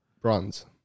Bronze